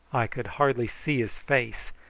i could hardly see his face,